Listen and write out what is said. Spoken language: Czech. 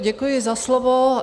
Děkuji za slovo.